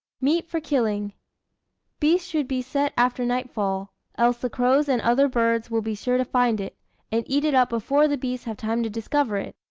meat for killing beasts should be set after nightfall else the crows and other birds will be sure to find it and eat it up before the beasts have time to discover it.